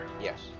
Yes